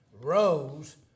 rose